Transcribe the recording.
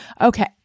okay